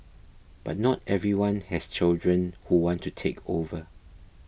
but not everyone has children who want to take over